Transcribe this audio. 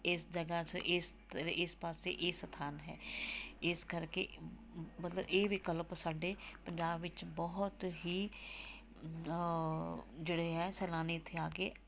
ਇਸ ਜਗ੍ਹਾ ਸ ਇਸ ਇਸ ਪਾਸੇ ਇਹ ਸਥਾਨ ਹੈ ਇਸ ਕਰਕੇ ਮਤਲਬ ਇਹ ਵਿਕਲਪ ਸਾਡੇ ਪੰਜਾਬ ਵਿੱਚ ਬਹੁਤ ਹੀ ਜਿਹੜੇ ਹੈ ਸੈਲਾਨੀ ਇੱਥੇ ਆ ਕੇ